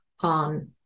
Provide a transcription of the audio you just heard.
on